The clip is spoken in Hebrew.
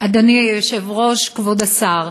אדוני היושב-ראש, כבוד השר,